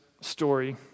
story